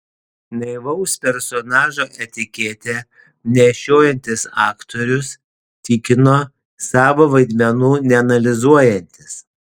naivaus personažo etiketę nešiojantis aktorius tikino savo vaidmenų neanalizuojantis